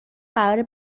قراره